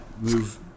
move